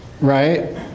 right